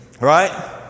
Right